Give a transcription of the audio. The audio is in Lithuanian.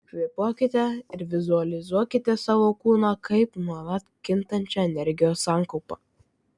kvėpuokite ir vizualizuokite savo kūną kaip nuolat kintančią energijos sankaupą